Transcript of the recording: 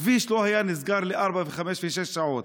הכביש לא היה נסגר לארבע, חמש ושש שעות.